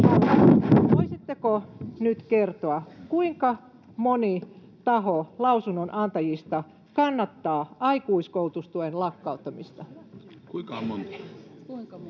Voisitteko nyt kertoa, kuinka moni taho lausunnonantajista kannattaa aikuiskoulutustuen lakkauttamista?